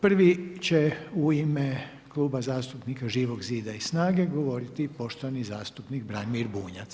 Prvi će u ime Kluba zastupnika Živog zida i SNAGA-e govoriti poštovani zastupnik Branimir Bunjac.